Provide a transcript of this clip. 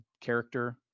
character